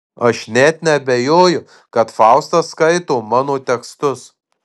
aš net neabejoju kad fausta skaito mano tekstus